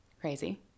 crazy